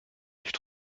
nicht